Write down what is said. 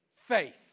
Faith